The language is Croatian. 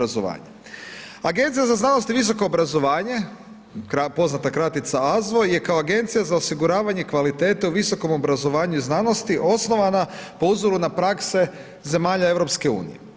Agencija za znanost i visoko obrazovanje, poznata kratica AZVO je kao agencija za osiguravanje kvalitete za visoko obrazovanju i znanosti, osnovana po uzoru na prakse zemalja EU.